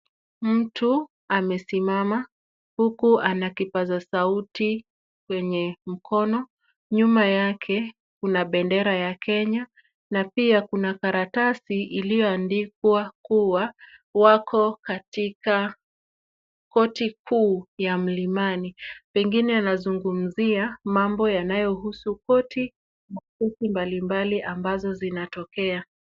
Mtu amesimama huku ana kipaza sauti kwenye mkono, nyuma yake kuna bendera ya Kenya na pia kuna karatasi iliyoandikwa kuwa wako katika korti kuu ya mlimani, pengine anazungumzia mambo yanayohusu korti mbalimbali ambazo zinatokea.